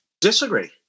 disagree